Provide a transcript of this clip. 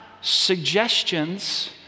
suggestions